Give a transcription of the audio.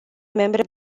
membre